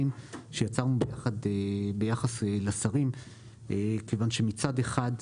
ששמנו כאן ביחס לשרים כיוון שמצד אחד,